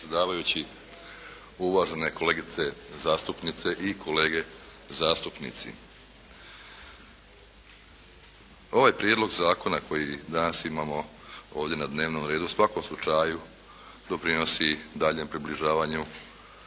predsjedavajući, uvažene kolegice zastupnice i kolege zastupnici. Ovaj Prijedlog zakona koji danas imamo ovdje na dnevnom redu u svakom slučaju doprinosi daljnjem približavanju